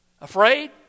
Afraid